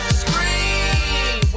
scream